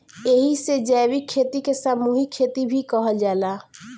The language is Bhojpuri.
एही से जैविक खेती के सामूहिक खेती भी कहल जाला